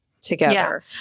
together